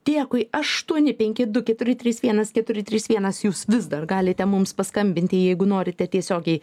dėkui aštuoni penki du keturi trys vienas keturi trys vienas jūs vis dar galite mums paskambinti jeigu norite tiesiogiai